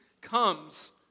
comes